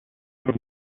for